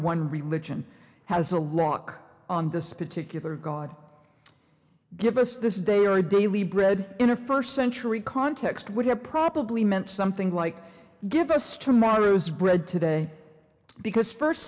one religion has a lock on this particular god give us this day or a daily bread in a first century context would have probably meant something like give us tomorrow's bread today because first